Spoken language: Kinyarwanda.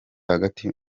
hagati